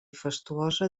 fastuosa